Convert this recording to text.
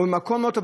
או ממקום לא טוב,